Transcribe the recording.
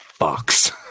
fucks